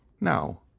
now